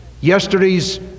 yesterday's